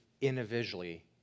individually